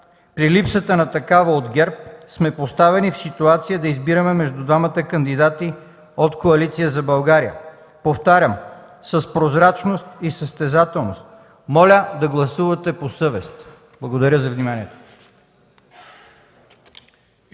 при липсата на такава от ГЕРБ сме поставени в ситуация да избираме между двамата кандидати от Коалиция за България, повтарям – с прозрачност и състезателност. Моля да гласувате по съвест! Благодаря за вниманието.